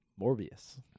Morbius